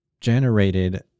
generated